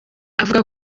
avuga